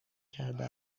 کرده